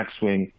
backswing